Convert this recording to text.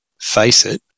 Faceit